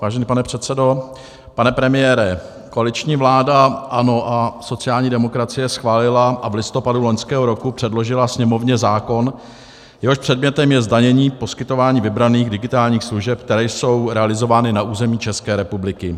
Vážený pane předsedo, pane premiére, koaliční vláda ANO a sociální demokracie schválila a v listopadu loňského roku předložila Sněmovně zákon, jehož předmětem je zdanění poskytování vybraných digitálních služeb, které jsou realizovány na území České republiky.